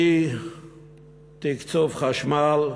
אי-תקצוב חשמל,